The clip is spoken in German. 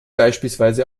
beispielsweise